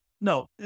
No